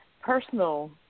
Personal